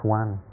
one